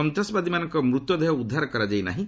ସନ୍ତାସବାଦୀମାନଙ୍କ ମୃତାଦେହ ଉଦ୍ଧାର କରାଯାଇ ନାହିଁ